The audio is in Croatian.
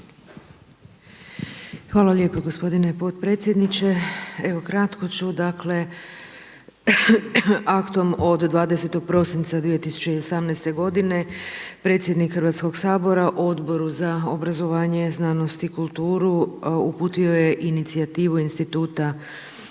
Hvala lijepo gospodine potpredsjedniče. Evo kratko ću. Dakle, aktom od 20. prosinca 2018. godine predsjednik Hrvatskoga sabora Odboru za obrazovanje, znanost i kulturu uputio je inicijativu Instituta za hrvatski